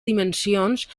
dimensions